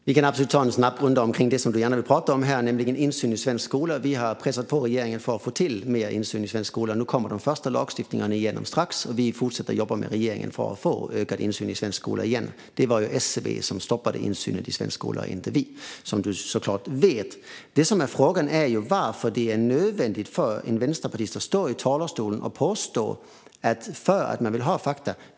Fru talman! Vi kan absolut ta en snabb runda om det som Daniel Riazat gärna vill tala om, nämligen insyn i svensk skola. Vi har pressat på regeringen för att få mer insyn i svensk skola. Nu kommer den första lagstiftningen strax att gå igenom, och vi fortsätter att jobba med regeringen för att få ökad insyn i svensk skola igen. Det var SCB som stoppade insynen i svensk skola och inte vi, som Daniel Riazat såklart vet. Det som är frågan är varför det är nödvändigt för en vänsterpartist att stå i talarstolen och påstå att det är en undanflykt att man vill ha fakta.